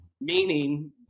meaning